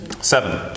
Seven